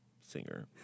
singer